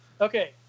Okay